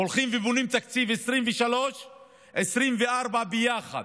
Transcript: הולכים ובונים תקציב 2023 ו-2024 ביחד,